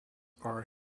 are